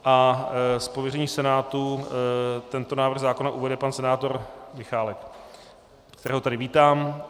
Z pověření Senátu tento návrh zákona uvede pan senátor Michálek, kterého tady vítám.